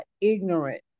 ignorant